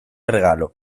regalo